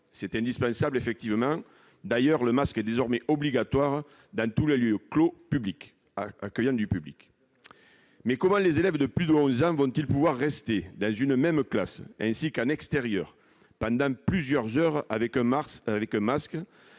indispensable. D'ailleurs, le masque est désormais obligatoire dans tous les lieux clos accueillant du public. Mais comment des élèves de plus de 11 ans pourront-ils rester dans une même classe, ainsi qu'en extérieur, pendant plusieurs heures avec un masque ?